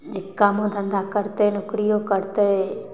जे कामो धन्धा करतै नौकरियो करतै